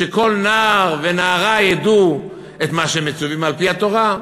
שכל נער ונערה ידעו את מה שהם מצווים על-פי התורה,